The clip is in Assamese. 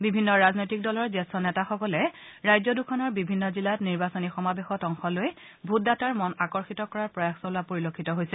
বিভিন্ন ৰাজনৈতিক দলৰ জ্যেষ্ঠ নেতাসকলে ৰাজ্য দুখনৰ বিভিন্ন জিলাত নিৰ্বাচনী সমাৱেশত অংশ লৈ ভোটদাতাৰ মন আকৰ্ষিত কৰাৰ প্ৰয়াস চলোৱা পৰিলক্ষিত হৈছে